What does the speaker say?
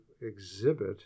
exhibit